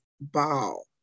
ball